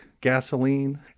gasoline